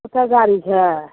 कक्कर गाड़ी छै